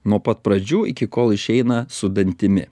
nuo pat pradžių iki kol išeina su dantimi